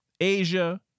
Asia